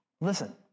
Listen